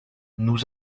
nous